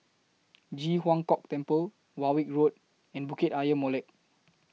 Ji Huang Kok Temple Warwick Road and Bukit Ayer Molek